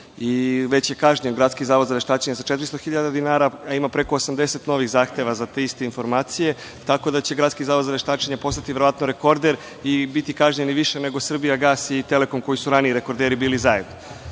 Već je kažnjen Gradski zavod sa 400.000 dinara, a ima preko 80 novih zahteva za te iste informacije, tako da će Gradski zavod za veštačenje postati verovatno rekorder i biti kažnjen i više nego „Srbijagas“ i „Telekom“ koji su bili ranije rekorderi zajedno. Ko